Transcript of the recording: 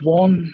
one